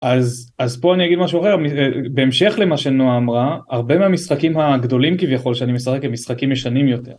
אז פה אני אגיד משהו אחר, בהמשך למה שנועה אמרה, הרבה מהמשחקים הגדולים כביכול שאני משחק הם משחקים ישנים יותר.